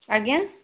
ଆଜ୍ଞା